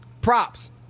Props